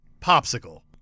popsicle